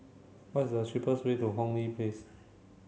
what is the cheapest way to Hong Lee Place